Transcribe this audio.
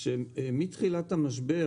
שמתחילת המשבר,